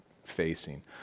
facing